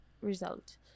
result